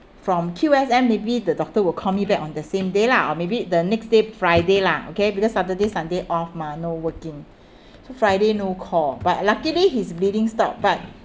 from Q_S_M maybe the doctor will call me back on the same day lah or maybe the next day friday lah okay because saturday sunday off mah no working so friday no call but luckily he's bleeding stopped but